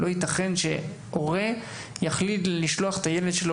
לא יתכן שהורה יחליט לשלוח את הילד שלו